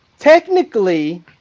Technically